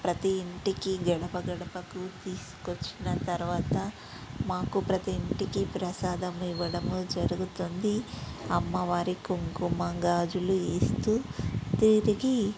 ప్రతీ ఇంటికి గడపగడపకూ తీసుకొచ్చిన తర్వాత మాకు ప్రతీ ఇంటికి ప్రసాదము ఇవ్వడము జరుగుతుంది అమ్మవారి కుంకుమ గాజులు ఇస్తూ తిరిగి